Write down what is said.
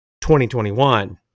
2021